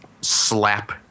slap